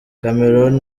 cameron